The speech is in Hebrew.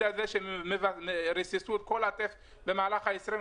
הזה שריססו את כל הטף במהלך ה-20,